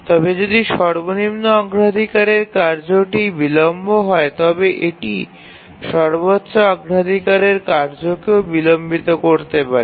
তবে যদি সর্বনিম্ন অগ্রাধিকারের কার্যটি বিলম্ব হয় তবে এটি সর্বোচ্চ অগ্রাধিকারের কার্যকেও বিলম্বিত করতে পারে